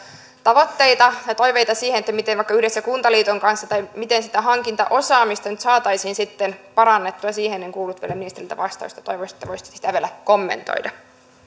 tavoitteita ja toiveita siitä miten vaikka yhdessä kuntaliiton kanssa sitä hankintaosaamista nyt saataisiin sitten parannettua siihen en kuullut vielä ministeriltä vastausta toivoisin että voisitte sitä vielä kommentoida